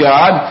God